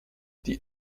die